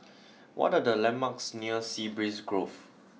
what are the landmarks near Sea Breeze Grove